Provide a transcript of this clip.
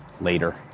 later